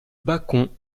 bacon